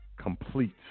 complete